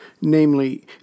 namely